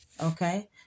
Okay